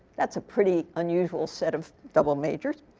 that's a pretty unusual set of double majors.